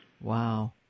Wow